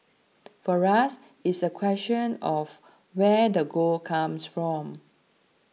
for us it's a question of where the gold comes from